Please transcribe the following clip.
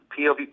POV